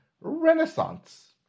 Renaissance